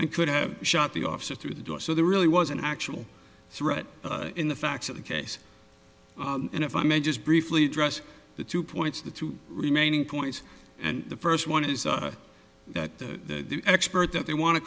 and could have shot the officer through the door so there really was an actual threat in the facts of the case and if i may just briefly address the two points the two remaining points and the first one is that the expert that they want to